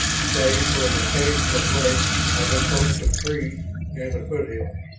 save for an occasional break of a copse of trees near the foothills.